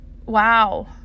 wow